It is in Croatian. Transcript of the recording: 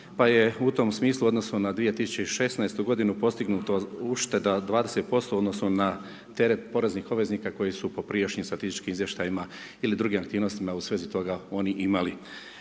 pa je u tom u odnosu na 2016. g. postignuta ušteda od 20% u odnosu na teret poreznih obveznika koje su po prijašnjih statističkim izvještajima ili dr. aktivnostima u svezi oni toga oni imali.